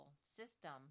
system